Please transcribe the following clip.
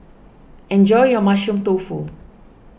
enjoy your Mushroom Tofu